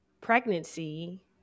pregnancy